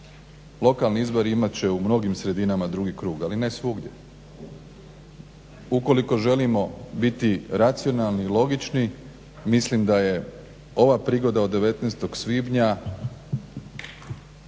Lokalni izbori imat će u mnogim sredinama drugi krug, ali ne svugdje. Ukoliko želimo biti racionalni i logični, mislim da je ova prigoda od 19.svibnja